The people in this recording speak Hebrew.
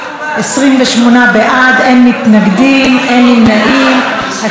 והיא תועבר לוועדת הכלכלה להמשך דיון.